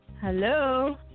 Hello